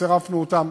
צירפנו אותם.